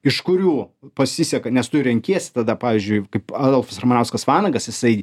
iš kurių pasiseka nes tu renkiesi tada pavyzdžiui kaip adolfas ramanauskas vanagas jisai